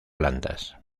plantas